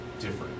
different